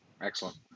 Excellent